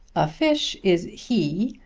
a fish is he,